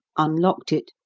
unlocked it,